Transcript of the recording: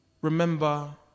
remember